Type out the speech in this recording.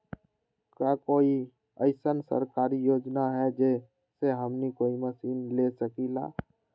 का कोई अइसन सरकारी योजना है जै से हमनी कोई मशीन ले सकीं ला?